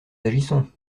agissons